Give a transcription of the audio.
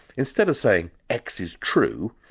instead of saying x is true,